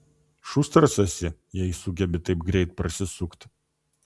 šustras esi jei sugebi taip greit prasisukt